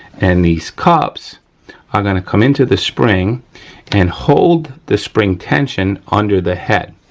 and these cups are gonna come into the spring and hold the spring tension under the head,